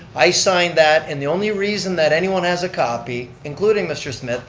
i signed that, and the only reason that anyone has a copy, including mr. smith,